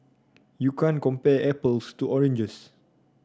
you can't compare apples to oranges